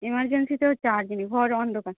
এমারজেন্সিতেও charge নেই ঘর অন্ধকার